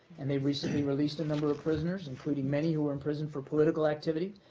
and they've recently released a number of prisoners, including many who were in prison for political activity,